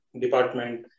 department